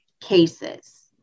cases